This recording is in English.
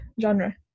genre